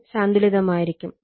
ഇത് സന്തുലിതമായിരിക്കും